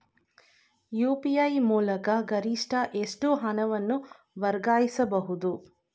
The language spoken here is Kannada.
ಯು.ಪಿ.ಐ ಮೂಲಕ ಗರಿಷ್ಠ ಎಷ್ಟು ಹಣವನ್ನು ವರ್ಗಾಯಿಸಬಹುದು?